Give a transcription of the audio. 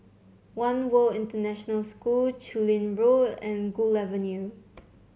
One World International School Chu Lin Road and Gul Avenue